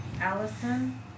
Allison